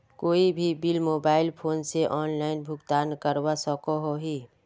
कोई भी bill mobile phone से ऑनलाइन भुगतान करवा सकोहो ही?